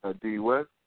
D-West